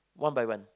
one by one